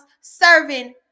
serving